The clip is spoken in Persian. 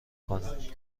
کنیم